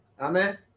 Amen